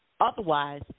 otherwise